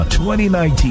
2019